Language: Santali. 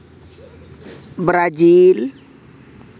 ᱵᱨᱟᱡᱤᱞ